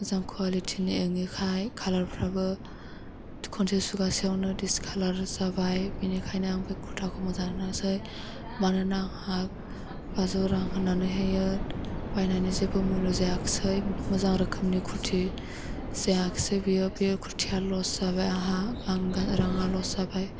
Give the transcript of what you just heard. मोजां कवालिटिनि नङैखाय कालारफ्राबो खनसे सुगासेयावनो डिचकालार जाबाय बेनिखायनो आं बे कुर्ताखौ मोजां मोनासै मानोना आंहा बाजौ रां होनानैहायो बायनानै जेबो मुल्ल जायखसै मोजां रोखोमनि कुर्ति जायाखसै बियो बेयो कुर्तिया लच जाबाय आंहा आं रांआ लच जाबाय